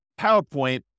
PowerPoint